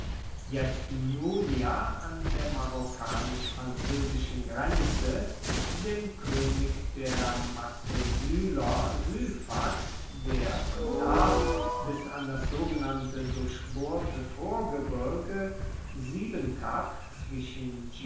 mluia an der marokkanisch franzoesischen grenze dem koenig der massaesyler syphax der von da bis an das sogenannte durchbohrte vorgebirge